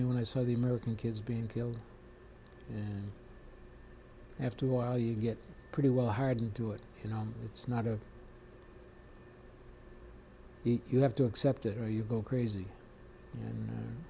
me when i saw the american kids being killed after a while you get pretty well hardened to it you know it's not a you have to accept it or you go crazy